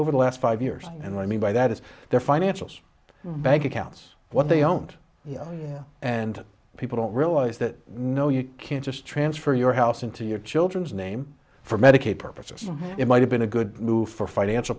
the last five years and what i mean by that is their financials bank accounts what they don't know and people don't realize that no you can't just transfer your house into your children's name for medicaid purposes it might have been a good move for financial